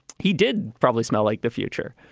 he did probably smell like the future.